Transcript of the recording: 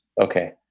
Okay